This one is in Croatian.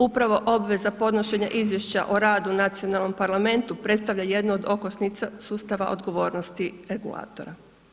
Upravo obveza podnošenja izvješća o radu nacionalnom parlamentu, predstavlja jedno od okosnica sustava odgovornosti regulatora.